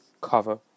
cover